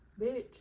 Bitch